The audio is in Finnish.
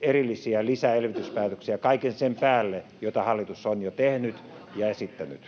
erillisiä lisäelvytyspäätöksiä kaiken sen päälle, minkä hallitus on jo tehnyt [Leena